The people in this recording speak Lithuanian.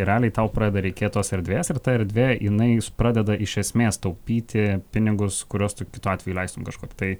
realiai tau pradeda reikėt tos erdvės ir ta erdvė jinai pradeda iš esmės taupyti pinigus kuriuos tu kitu atveju leistum kažkur tai